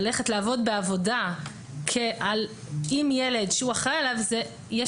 ללכת לעבוד בעבודה עם ילד שהוא אחראי עליו יש